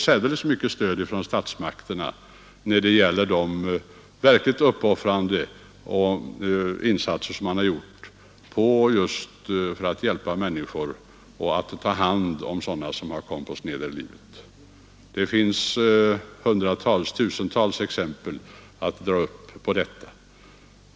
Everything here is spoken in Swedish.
särdeles mycket stöd från statsmakternas sida. Det är fråga om verkligt uppoffrande insatser som man gjort för att hjälpa människor och ta hand om sådana som kommit på sned i livet. Det finns hundratals, ja tusentals sådana exempel.